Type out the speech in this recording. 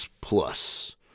Plus